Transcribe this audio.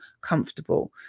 comfortable